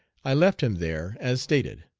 i left him there as stated.